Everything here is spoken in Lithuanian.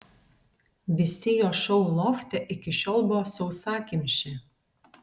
visi jo šou lofte iki šiol buvo sausakimši